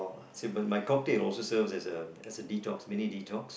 same my cocktail also serves as a detox mini detox